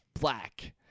black